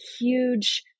huge